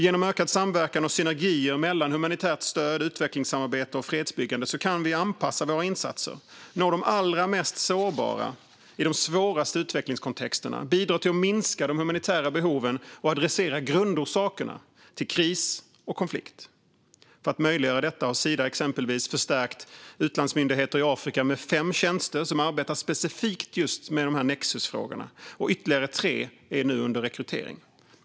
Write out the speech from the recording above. Genom ökad samverkan och synergier mellan humanitärt stöd, utvecklingssamarbete och fredsbyggande kan vi anpassa våra insatser, nå de allra mest sårbara i de svåraste utvecklingskontexterna, bidra till att minska de humanitära behoven samt adressera grundorsakerna till kris och konflikt. För att möjliggöra detta har Sida exempelvis förstärkt utlandsmyndigheter i Afrika med fem tjänster som arbetar specifikt med just nexusfrågor, och ytterligare tre är under rekrytering.